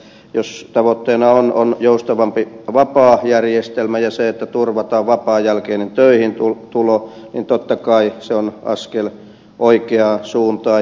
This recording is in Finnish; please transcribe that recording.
jos tavoitteena on joustavampi vapaajärjestelmä ja se että turvataan vapaan jälkeinen töihin tulo niin totta kai se on askel oikeaan suuntaan